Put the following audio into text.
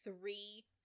three